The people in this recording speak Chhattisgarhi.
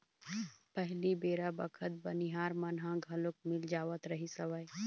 पहिली बेरा बखत बनिहार मन ह घलोक मिल जावत रिहिस हवय